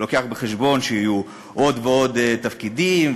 שלוקח בחשבון שיהיו עוד ועוד תפקידים,